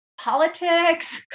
politics